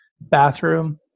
bathroom